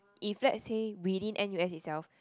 if let's say within n_u_s itself